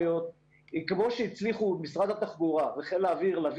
כמו שהצליחו משרד התחבורה וחיל האוויר להביא